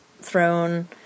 Throne